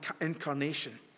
Incarnation